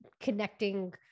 connecting